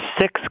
six